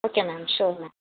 okay ma'am sure ma'am